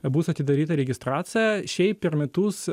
bus atidaryta registracija šiaip per metus